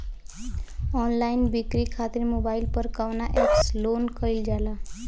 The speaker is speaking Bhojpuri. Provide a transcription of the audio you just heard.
ऑनलाइन बिक्री खातिर मोबाइल पर कवना एप्स लोन कईल जाला?